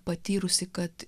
patyrusi kad